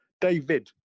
david